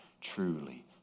truly